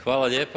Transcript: Hvala lijepa.